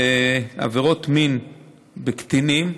בקטינים, בעבירות מין בקטינים,